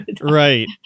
Right